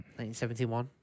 1971